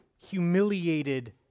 humiliated